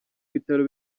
bitaro